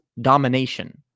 domination